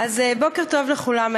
בוקר טוב לכולם.